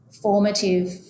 formative